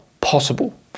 possible